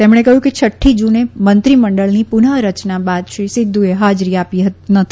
તેમણે કહ્યું કે છઠ્ઠી જૂને મંત્રીમંડળની પુર્નરચના બાદ શ્રી સિદ્ધચે હાજરી આપી નથી